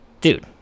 Dude